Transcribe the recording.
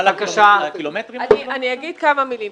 אני אומר כמה מילים.